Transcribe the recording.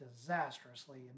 disastrously